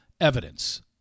evidence